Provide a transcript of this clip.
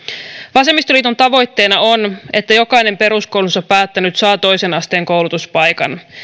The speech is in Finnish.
vasemmistoliiton tavoitteena on että jokainen peruskoulunsa päättänyt saa toisen asteen koulutuspaikan